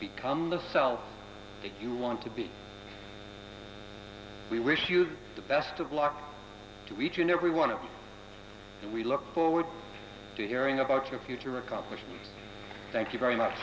become the so you want to be we wish you the best of luck to each and every one of you and we look forward to hearing about your future accomplishment thank you very much